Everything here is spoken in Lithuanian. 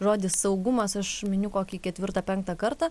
žodį saugumas aš miniu kokį ketvirtą penktą kartą